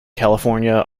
california